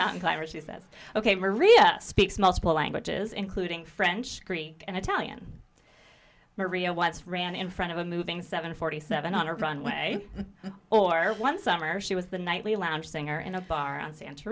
mountain climber she says ok maria speaks multiple languages including french greek and italian maria watts ran in front of a moving seven forty seven on a runway or one summer she was the nightly lounge singer in a bar on santa